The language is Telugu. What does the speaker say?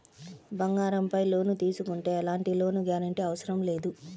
బంగారంపై లోను తీసుకుంటే ఎలాంటి లోను గ్యారంటీ అవసరం లేదు